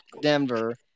Denver